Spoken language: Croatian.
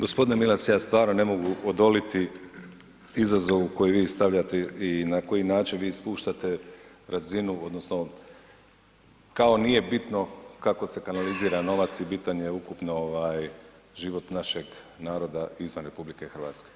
Gospodine Milas ja stvarno ne mogu odoliti izazovu koji i stavljate i na koji način vi spuštate razinu odnosno kao nije bitno kako se kanalizira novac i bitan je ukupno ovaj život našeg naroda izvan RH.